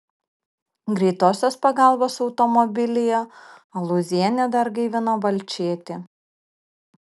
greitosios pagalbos automobilyje alūzienė dar gaivino balčėtį